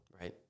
right